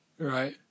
Right